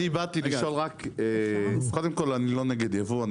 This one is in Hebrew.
אני באתי לשאול קודם כל אני לא נגד יבוא,